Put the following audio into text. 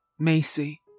Macy